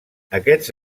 aquests